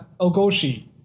ogoshi